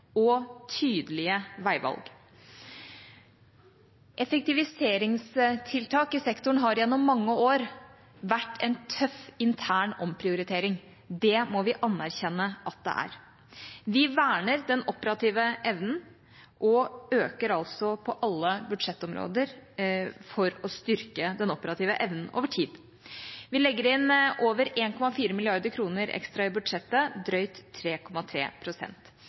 og tydelige veivalg. Effektiviseringstiltak i sektoren har gjennom mange år vært en tøff, intern omprioritering. Det må vi anerkjenne at det er. Vi verner den operative evnen og øker altså på alle budsjettområder for å styrke den operative evnen over tid. Vi legger inn over 1,4 mrd. kr ekstra i budsjettet, drøyt